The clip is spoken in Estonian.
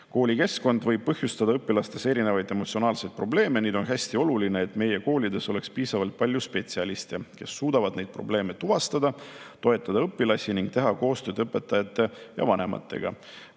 Koolikeskkond võib põhjustada õpilastele erinevaid emotsionaalseid probleeme, nii et on hästi oluline, et meie koolides oleks piisavalt spetsialiste, kes suudavad neid probleeme tuvastada, õpilasi toetada ning teha koostööd õpetajate ja vanematega.